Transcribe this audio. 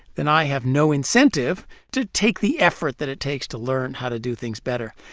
then i have no incentive to take the effort that it takes to learn how to do things better.